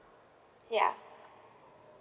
ya